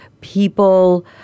people